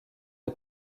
est